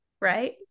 Right